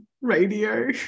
radio